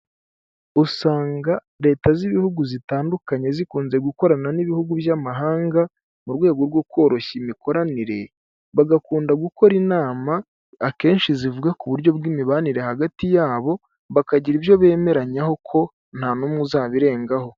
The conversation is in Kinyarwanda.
Usanga leta z'ibihugu zitandukanye zikunze gukorana n'ibihugu by'amahanga mu rwego rwo koroshya imikoranire, bagakunda gukora inama akenshi zivuga ku buryo bw'imibanire hagati yabo, bakagira ibyo bemeranyaho ko nta n'umwe uzabirengaho.